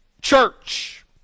church